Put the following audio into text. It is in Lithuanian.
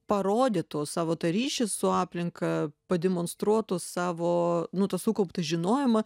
parodytų savo tą ryšį su aplinka pademonstruotų savo nu tą sukauptą žinojimą